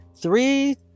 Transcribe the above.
three